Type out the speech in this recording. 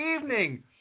evening